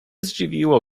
zdziwiło